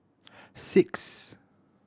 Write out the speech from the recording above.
six